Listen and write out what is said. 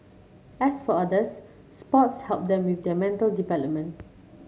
as for others sports help them with their mental development